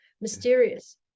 mysterious